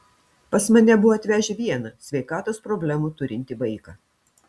pas mane buvo atvežę vieną sveikatos problemų turintį vaiką